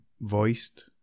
voiced